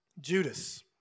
Judas